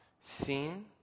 seen